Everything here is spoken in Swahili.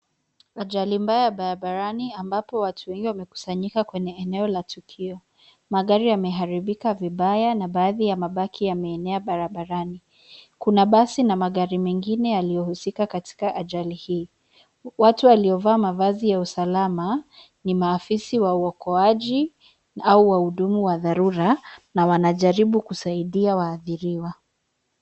Ajali mbaya barabarani ambapo watu wengi wamekusanyika kwenye eneo la tukio. Magari yameharibika vibaya na baadhi ya mabaki yameenea barabarani. Kuna basi na magari mengine yaliyohusika katika ajali hii. Watu waliovaa mavazi ya usalama ni maafisa wa uokoaji au wahudumu wa dharura na wanajaribu kusaidia waathiriwa.